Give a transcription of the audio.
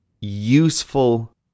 useful